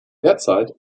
derzeit